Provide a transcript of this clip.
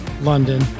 London